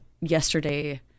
yesterday